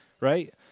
right